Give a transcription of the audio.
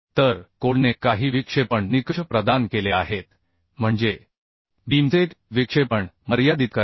तर कोडने काही विक्षेपण निकष प्रदान केले आहेत म्हणजे बीमचे विक्षेपण मर्यादित करणे